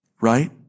Right